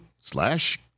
slash